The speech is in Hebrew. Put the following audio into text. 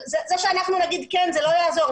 זה שאנחנו נגיד כן, זה לא יעזור.